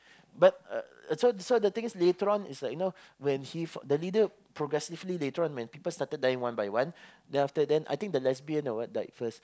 but uh so so the thing is later on is like you know when he the leader progressively later on when people started dying one by one then after that I think the lesbian or what died first